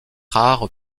rare